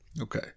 Okay